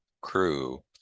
crew